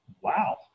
wow